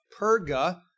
Perga